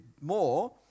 more